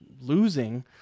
losing